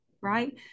right